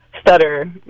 stutter